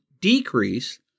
decrease